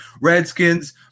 Redskins